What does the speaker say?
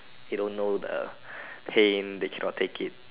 they don't know the pain they cannot take it